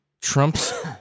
Trump's